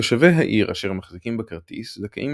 תושבי העיר אשר מחזיקים בכרטיס זכאים